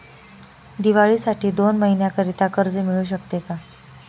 दिवाळीसाठी दोन महिन्याकरिता कर्ज मिळू शकते का?